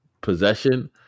possession